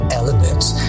elements